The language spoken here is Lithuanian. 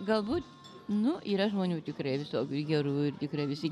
galbūt nu yra žmonių tikrai visokių ir gerų ir tikrai visi